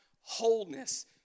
wholeness